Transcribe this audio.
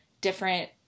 different